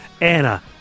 Anna